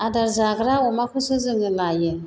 आदार जाग्रा अमाखौसो जोङो लायो